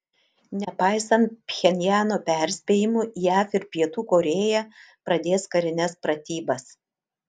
nepaisant pchenjano perspėjimų jav ir pietų korėja pradės karines pratybas